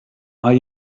are